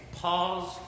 pause